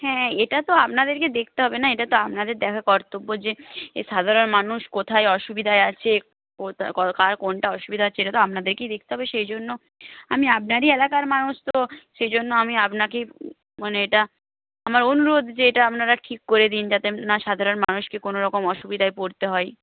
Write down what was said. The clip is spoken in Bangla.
হ্যাঁ এটা তো আপনাদেরকে দেখতে হবে না এটা তো আপনাদের দেখা কর্তব্য যে সাধারণ মানুষ কোথায় অসুবিধায় আছে কার কোনটা অসুবিধা হচ্ছে এটা তো আপনাদেরকেই দেখতে হবে সেই জন্য আমি আপনারই এলাকার মানুষ তো সেই জন্য আমি আপনাকেই মানে এটা আমার অনুরোধ যে এটা আপনারা ঠিক করে দিন যাতে না সাধারণ মানুষকে কোনো রকম অসুবিধায় পড়তে হয়